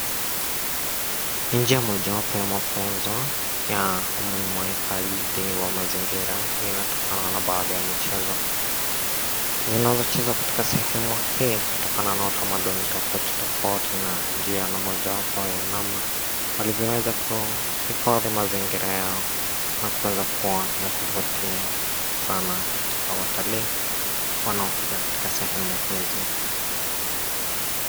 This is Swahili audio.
Ni njia moja wapo ya mafunzo ya umuhimu wa kuifadhi mazingira inatokana na baadhi ya michezo zinazo chezwa katika sehemu hii. Kutokana na utamaduni tofauti tofauti na njia ni moja wapo ya namna walivyoweza kuifadhi mazingira yao na kuweza kua ya kuvutia sana katika watalii wanaofika katika sehemu hizi.